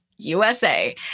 USA